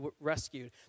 rescued